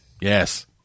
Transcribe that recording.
Yes